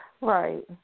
Right